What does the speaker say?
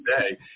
today